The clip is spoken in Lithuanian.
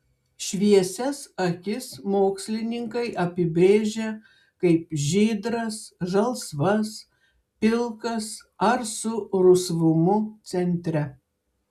šviesias akis mokslininkai apibrėžia kaip žydras žalsvas pilkas ar su rusvumu centre